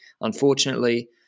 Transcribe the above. unfortunately